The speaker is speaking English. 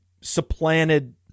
supplanted